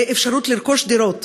על אפשרות לרכוש דירות,